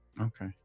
Okay